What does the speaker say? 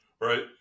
right